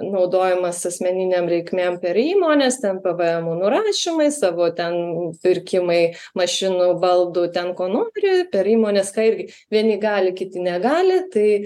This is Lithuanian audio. naudojamas asmeninėm reikmėm per įmones ten p v emu nurašymai savo ten pirkimai mašinų baldų ten ko nori per įmones ką irgi vieni gali kiti negali tai